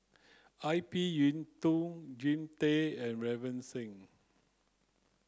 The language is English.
Ip Yiu Tung Jean Tay and Ravinder Singh